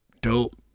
dope